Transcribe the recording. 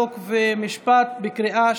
חוק ומשפט נתקבלה.